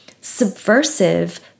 subversive